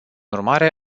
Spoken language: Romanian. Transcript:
urmare